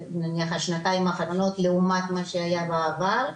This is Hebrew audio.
נניח השנתיים האחרונות לעומת מה שהיה בעבר,